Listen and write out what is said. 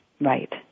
Right